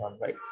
right